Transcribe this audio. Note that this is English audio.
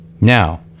Now